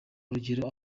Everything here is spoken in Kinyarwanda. urugero